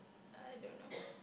I don't know